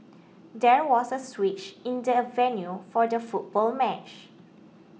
there was a switch in the venue for the football match